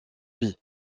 vie